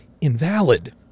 invalid